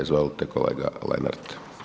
Izvolite kolega Lenart.